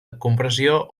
compressió